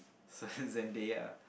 Zendaya